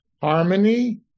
harmony